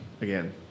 again